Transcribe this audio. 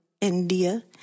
India